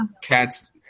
cats